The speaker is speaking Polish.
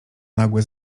nagłe